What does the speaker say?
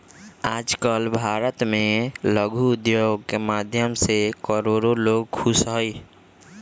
आजकल भारत भर में लघु उद्योग के माध्यम से करोडो लोग खुश हई